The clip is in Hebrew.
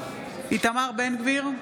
איתמר בן גביר,